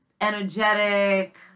Energetic